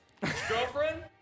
girlfriend